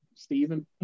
Stephen